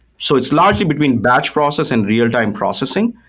so it's largely between batch process and real-time processing.